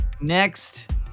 Next